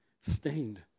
stained